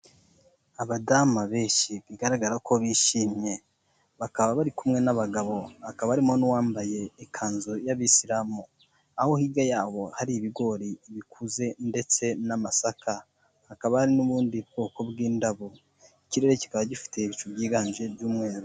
Abadamu benshi bigaragara ko bishimye, bakaba bari kumwe n'abagabo hakaba harimo n'uwambaye ikanzu y'abayisilamu, aho hirya yabo hari ibigori bikuze ndetse n'amasaka, hakaba hari n'ubundi bwoko bw'indabo, ikirere kikaba gifite ibicu byiganje by'umweru.